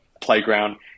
playground